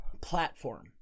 platform